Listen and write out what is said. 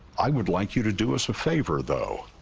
i would like you to do us a favor though.